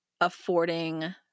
affording